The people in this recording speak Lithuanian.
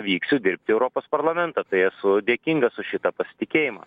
vyksiu dirbt į europos parlamentą tai esu dėkingas už šitą pasitikėjimą